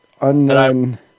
Unknown